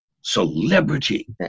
celebrity